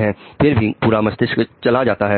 हैं फिर से पूरा मस्तिष्क चला जाता है